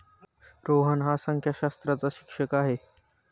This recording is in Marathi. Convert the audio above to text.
रोहन हा संख्याशास्त्राचा शिक्षक आहे